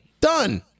Done